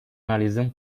analizăm